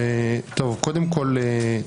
קודם כול,